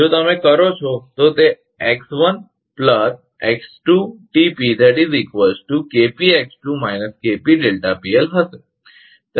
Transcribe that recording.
જો તમે કરો છો તો તે x1 ẋ2Tp Kpx2 Kp હશે